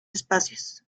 espacios